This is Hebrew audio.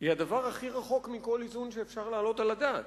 היא הדבר הכי רחוק מכל איזון שאפשר להעלות על הדעת.